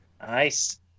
Nice